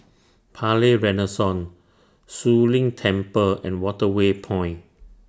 Palais Renaissance Zu Lin Temple and Waterway Point